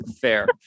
fair